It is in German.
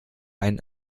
ein